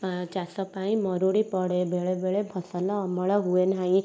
ପା ଚାଷ ପାଇଁ ମରୁଡ଼ି ପଡ଼େ ବେଳେ ବେଳେ ଫସଲ ଅମଳ ହୁଏ ନାହିଁ